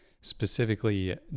specifically